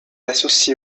associée